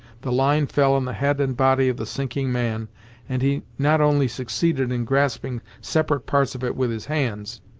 the line fell on the head and body of the sinking man and he not only succeeded in grasping separate parts of it with his hands,